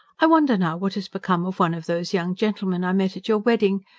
i wonder now what has become of one of those young gentlemen i met at your wedding.